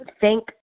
thank